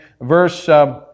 verse